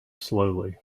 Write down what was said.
slowly